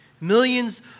Millions